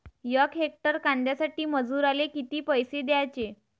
यक हेक्टर कांद्यासाठी मजूराले किती पैसे द्याचे?